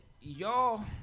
y'all